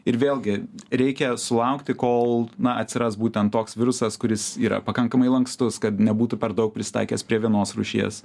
ir vėlgi reikia sulaukti kol atsiras būtent toks virusas kuris yra pakankamai lankstus kad nebūtų per daug prisitaikęs prie vienos rūšies